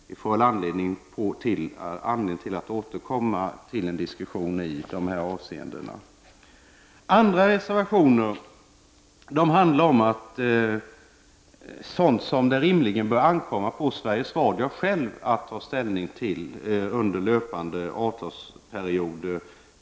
Vi får anledning att återkomma till en diskussion i detta avseende. Andra reservationer handlar om sådant som rimligen bör ankomma på Sveriges Radio självt att ta ställning till under löpande avtalsperiod.